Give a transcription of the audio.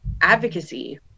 advocacy